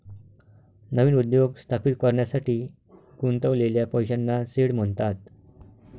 नवीन उद्योग स्थापित करण्यासाठी गुंतवलेल्या पैशांना सीड म्हणतात